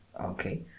Okay